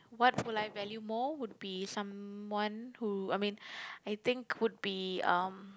what would I value more would be someone who I mean I think would be um